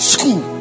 School